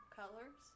colors